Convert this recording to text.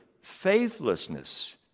faithlessness